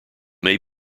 may